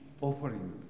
offering